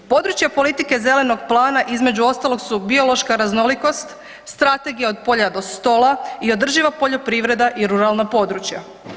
Područje politike zelenog plana između ostalog su biološka raznolikost, strategija od polja do stola i održiva poljoprivreda i ruralna područja.